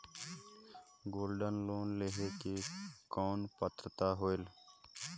Gold loan लेहे के कौन पात्रता होएल?